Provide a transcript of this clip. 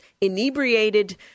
inebriated